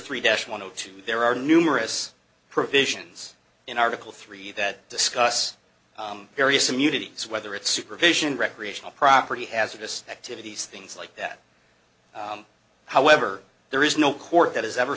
three deaths one or two there are numerous provisions in article three that discuss various communities whether it's supervision recreational property hazardous activities things like that however there is no court that has ever